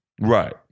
Right